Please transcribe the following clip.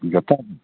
ᱡᱚᱛᱚ